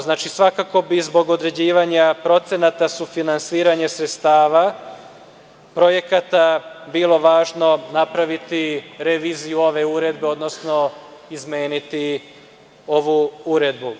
Znači, svakako bi zbog određivanja procenata sufinansiranja sredstava projekata bila važno napraviti viziju ove uredbe, odnosno izmeniti ovu uredbu.